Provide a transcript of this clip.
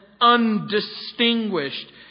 undistinguished